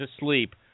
asleep